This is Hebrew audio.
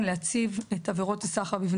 אני מתכבד לפתוח את ישיבת ועדת הפנים ואיכות הסביבה,